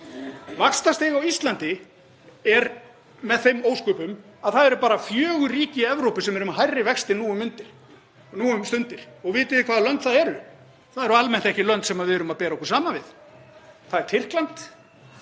Vaxtastig á Íslandi er með þeim ósköpum að það eru bara fjögur ríki í Evrópu sem eru með hærri vexti nú um stundir. Vitið þið hvaða lönd það eru? Það eru almennt ekki lönd sem við erum að bera okkur saman við. Það er Tyrkland,